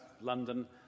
London